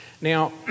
Now